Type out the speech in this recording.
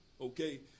okay